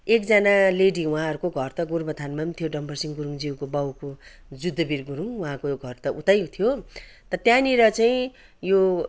एकजना लेडी उहाँहरूको घर त गोरुबथानमा पनि थियो डम्बरसिङ गुरुङको बाउको जुद्दबिर गुरुङ उहाँको घर त उतै थियो त्यहाँनिर चाहिँ यो